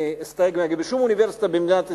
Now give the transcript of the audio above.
אני אסתייג ואגיד: בשום אוניברסיטה במדינת ישראל,